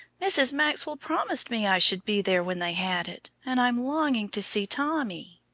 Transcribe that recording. mrs. maxwell promised me i should be there when they had it, and i'm longing to see tommy.